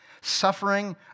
Suffering